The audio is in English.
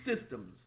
systems